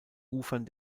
ufern